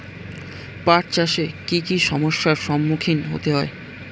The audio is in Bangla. পাঠ চাষে কী কী সমস্যার সম্মুখীন হতে হয়?